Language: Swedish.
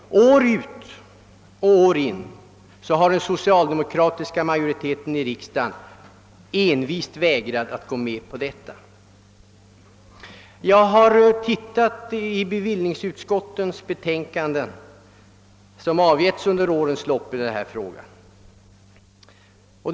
År ut och år in har den socialdemokratiska majoriteten i riksdagen envist vägrat att gå med på detta. Jag har studerat de betänkanden som avgivits av bevillningsutskottet under årens lopp beträffande denna fråga.